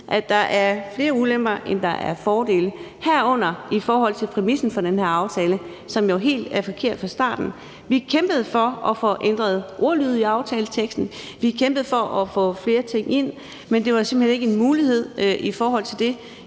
at der er flere ulemper, end der er fordele, herunder i forhold til præmissen for den her aftale, som jo er helt forkert fra starten. Vi kæmpede for at få ændret ordlyd i aftaleteksten. Vi kæmpede for at få flere ting ind, men det var simpelt hen ikke en mulighed. Vi ville